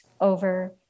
over